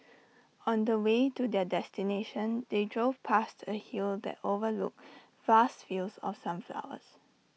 on the way to their destination they drove past A hill that overlooked vast fields of sunflowers